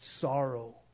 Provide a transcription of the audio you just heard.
sorrow